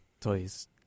toys